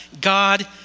God